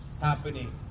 happening